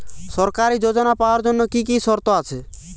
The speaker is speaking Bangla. সরকারী যোজনা পাওয়ার জন্য কি কি শর্ত আছে?